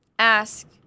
ask